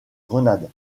grenade